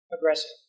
Aggressive